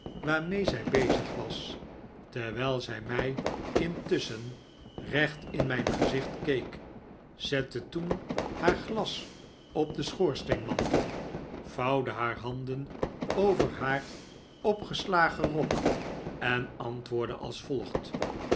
waarmee zij bezig was terwijl zij mij mtusschen recht in mijn gezicht keek zette toen haar glas op den schoorsteenmantel vouwde haar handen over haar opgeslagen rok en antwoordde als volgt